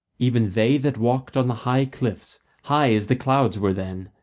even they that walked on the high cliffs, high as the clouds were then,